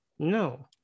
No